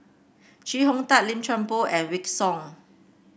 Chee Hong Tat Lim Chuan Poh and Wykidd Song